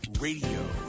Radio